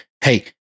Hey